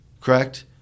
correct